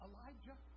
Elijah